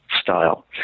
style